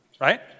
right